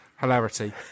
hilarity